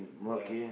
ya